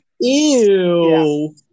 Ew